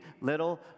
Little